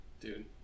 Dude